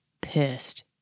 pissed